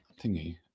thingy